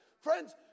Friends